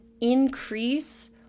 increase